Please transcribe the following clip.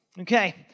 Okay